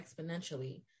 exponentially